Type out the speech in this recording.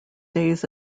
days